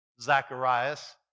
Zacharias